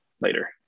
later